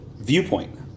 viewpoint